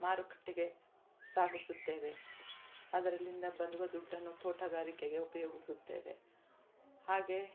ಮಾರುಕಟ್ಟೆಗೆ ಸಾಗಿಸುತ್ತೇವೆ ಅದರಿಂದ ಬರುವ ದುಡ್ಡನ್ನು ತೋಟಗಾರಿಕೆಗೆ ಉಪಯೋಗಿಸುತ್ತೇವೆ ಹಾಗೆ